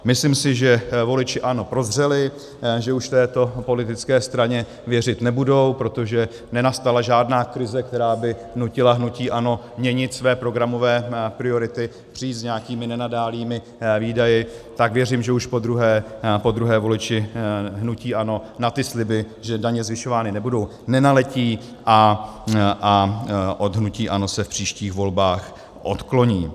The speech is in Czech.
Myslím si, že voliči ANO prozřeli, že už této politické straně věřit nebudou, protože nenastala žádná krize, která by nutila hnutí ANO měnit své programové priority, přijít s nějakými nenadálými výdaji, tak věřím, že už podruhé voliči hnutí ANO na ty sliby, že daně zvyšovány nebudou, nenaletí a od hnutí ANO se v příštích volbách odkloní.